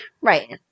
Right